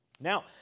Now